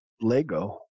lego